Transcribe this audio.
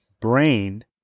brain